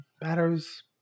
batters